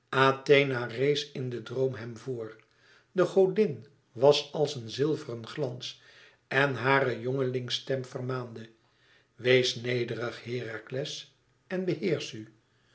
in den droom hem voor de godin was als een zilveren glans en hare jongelingstem vermaande wees nederig herakles en beheersch